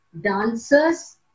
dancers